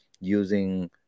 using